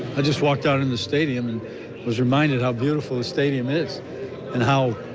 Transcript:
i just walked out in the stadium and was reminded how beautiful the stadium is and how,